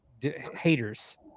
haters